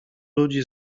ludzi